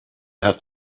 had